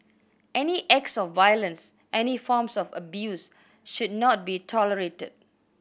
any acts of violence any forms of abuse should not be tolerated